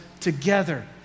together